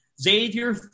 Xavier